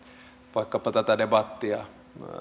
vaikkapa tätä debattia